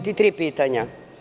tri pitanja.